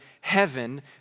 heaven